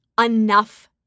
enough